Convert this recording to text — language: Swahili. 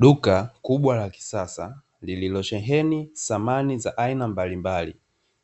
Duka kubwa la kisasa lililosheheni samani za aina mbalimbali,